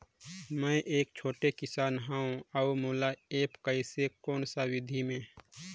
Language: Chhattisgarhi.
मै एक छोटे किसान हव अउ मोला एप्प कइसे कोन सा विधी मे?